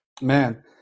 Man